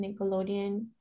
Nickelodeon